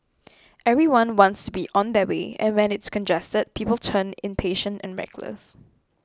everyone wants to be on their way and when it's congested people turn impatient and reckless